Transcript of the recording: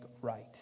right